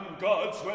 gods